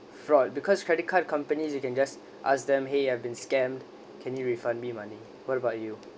fraud because credit card companies you can just ask them !hey! I've been scammed can you refund me money what about you